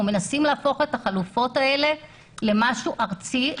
אנחנו מנסים להפוך את החלופות האלה למשהו ארצי.